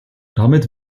damit